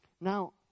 Now